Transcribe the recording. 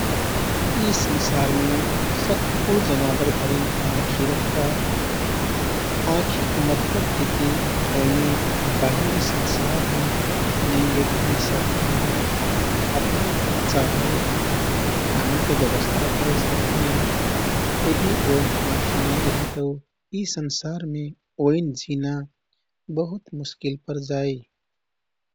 यी संसारमे सक्कु जनाबर भरिन आँखी रहता। आँखिक मद्दत तिति ओइने बाहिरी संसारमे नेगेंघुमे सकतियाँ। अपना चाहल खानाके व्यवस्था करेसकतियाँ। यदि ओइन आँखी नाइ रहितौ यी संसारमे ओइन जिना बहुत मुस्किल परजाइ।